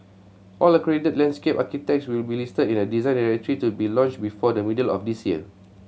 all accredited landscape architects will be listed in a Design Directory to be launched before the middle of this year